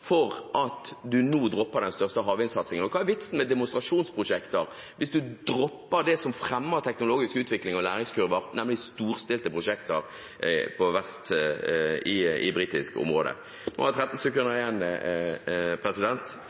for at han nå dropper den største havvindsatsingen. Hva er vitsen med demonstrasjonsprosjekter hvis en dropper det som fremmer teknologisk utvikling og læringskurver, nemlig storstilte prosjekter i britisk område? Jeg har 13 sekunder igjen.